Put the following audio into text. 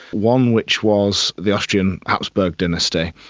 one which was the austrian habsburg dynasty,